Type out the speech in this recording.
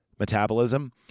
metabolism